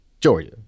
Georgia